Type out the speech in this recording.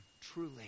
Truly